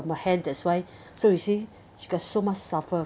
her hand that's why so you see she got so much suffer